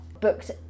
booked